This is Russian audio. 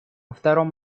втором